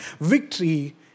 Victory